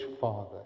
father